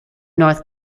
north